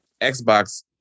Xbox